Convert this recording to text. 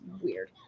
weird